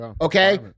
okay